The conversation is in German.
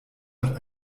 hat